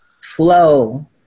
flow